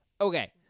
Okay